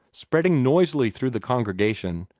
spreading noisily through the congregation,